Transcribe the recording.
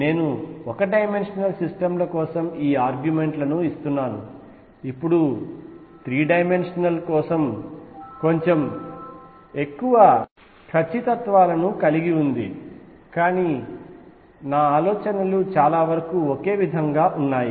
నేను ఒక dimensional system ల కోసం ఈ ఆర్గ్యుమెంట్ లను ఇస్తున్నాను ఇప్పుడు 3 డైమెన్షనల్ కొంచెం ఎక్కువ ఖచ్చితత్వాలను కలిగి ఉంది కానీ ఆలోచనలు చాలా వరకు ఒకే విధంగా ఉన్నాయి